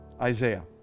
Isaiah